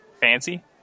fancy